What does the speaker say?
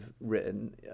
written